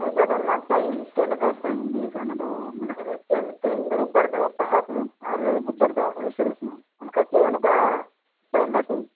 ᱦᱳᱭ ᱫᱚ ᱟᱚᱱᱟ ᱴᱟᱭᱤᱢ ᱪᱮᱫ ᱞᱮᱠᱟ ᱴᱟᱭᱤᱢ ᱤᱫᱤ ᱠᱟᱛᱮ ᱚᱱᱟ ᱫᱚ ᱢᱟᱱᱮ ᱮᱱᱮᱡ ᱥᱮᱨᱮᱧ ᱛᱮᱦᱮᱧ ᱫᱚ ᱨᱳᱵ ᱵᱟᱨ ᱫᱚ ᱯᱟᱲᱦᱟᱣ ᱥᱩᱢᱩᱝ ᱟᱨ ᱵᱩᱫ ᱵᱟᱨ ᱫᱚ ᱮᱱᱮᱡ ᱥᱮᱨᱮᱧ ᱦᱚᱸ ᱚᱱᱠᱟ ᱪᱮ ᱱᱚᱠᱟ ᱴᱟᱭᱤᱢ ᱵᱟᱭ ᱴᱟᱭᱤᱢ